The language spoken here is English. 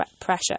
pressure